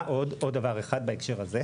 עוד דבר אחד בהקשר הזה,